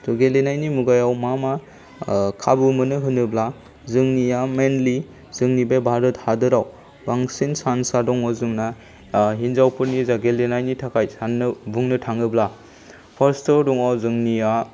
त' गेलेनायनि मुगायाव मा मा खाबु मोनो होनोब्ला जोंनिया मैनलि जोंनि बे भारत हादराव बांसिन चान्सआ दङ जोंना हिनजावफोरनि गेलेनायनि थाखाय बुंनो थाङोब्ला फार्स्टआव दङ जोंनिया